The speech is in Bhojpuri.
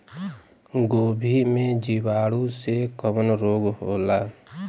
गोभी में जीवाणु से कवन रोग होला?